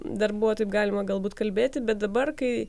dar buvo taip galima galbūt kalbėti bet dabar kai